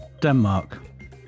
Denmark